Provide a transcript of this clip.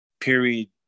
Period